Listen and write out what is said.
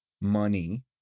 money